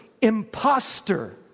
imposter